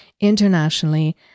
internationally